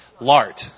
lart